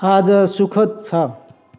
आज सुखद छ